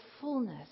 fullness